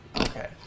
Okay